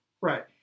Right